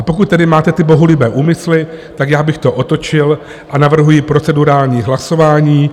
Pokud tedy máte ty bohulibé úmysly, tak já bych to otočil a navrhuji procedurální hlasování.